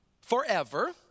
Forever